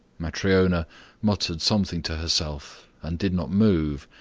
matryona muttered something to herself and did not move,